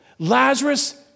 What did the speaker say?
Lazarus